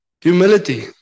Humility